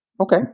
Okay